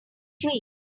tree